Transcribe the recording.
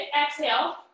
exhale